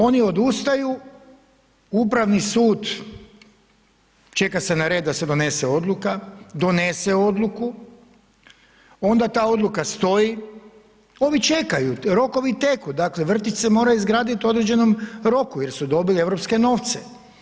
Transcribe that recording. Oni odustaju, Upravni sud, čeka se na red da se donese Odluka, donese Odluku, onda ta Odluka stoji, ovi čekaju, rokovi teku, dakle vrtić se mora izgradit u određenom roku jer su dobili europske novce.